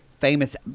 famous